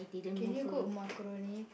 can you cook macaroni